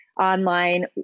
online